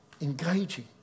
Engaging